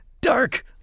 Dark